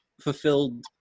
fulfilled